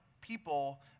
people